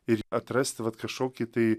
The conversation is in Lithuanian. ir atrasti vat kašokį tai